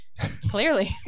Clearly